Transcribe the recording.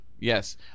Yes